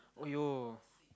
!aiyo!